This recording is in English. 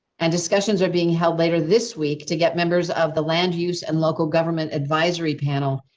and discussions are being held later this week to get members of the land use and local government advisory panel,